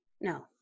No